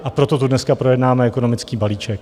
A proto tu dneska projednáváme ekonomický balíček.